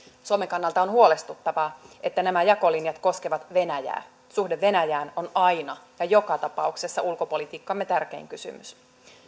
suomen kannalta on huolestuttavaa että nämä jakolinjat koskevat venäjää suhde venäjään on aina ja joka tapauksessa ulkopolitiikkamme tärkein kysymys